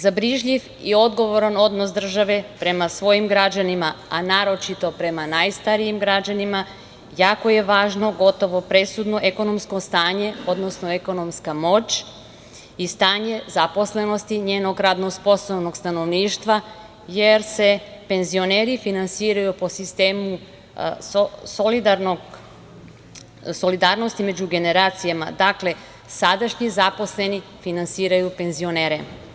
Za brižljiv i odgovoran odnos države prema svojim građanima a naročito prema najstarijim građanima jako je važno gotovo presudno, ekonomsko stanje, odnosno ekonomska moć i stanje zaposlenosti njenog radno sposobnog stanovništva jer se penzioneri finansiraju po sistemu solidarnosti među generacijama, dakle sadašnji zaposleni finansiraju penzionere.